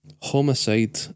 Homicide